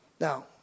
Now